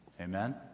amen